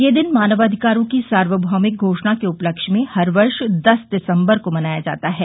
यह दिन मानवाधिकारों की सार्वभौमिक घोषणा के उपलक्ष्य में हर वर्ष दस दिसंबर को मनाया जाता है